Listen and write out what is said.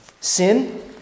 Sin